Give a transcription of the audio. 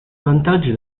vantaggi